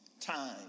Time